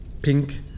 pink